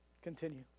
Continue